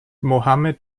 mohammed